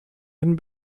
den